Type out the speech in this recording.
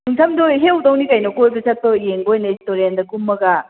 ꯏꯪꯊꯝꯗꯣ ꯍꯦꯛꯎꯗꯧꯅꯤ ꯀꯩꯅꯣ ꯀꯣꯏꯕ ꯆꯠꯄ ꯑꯣꯏ ꯌꯦꯡꯕ ꯑꯣꯏꯅ ꯇꯣꯔꯦꯟꯗ ꯀꯨꯝꯃꯒ